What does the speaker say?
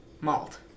malt